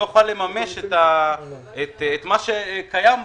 לא יוכל לממש את מה שקיים בו,